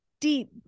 deep